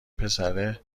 پسره